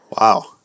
Wow